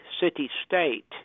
city-state